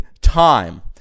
time